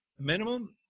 minimum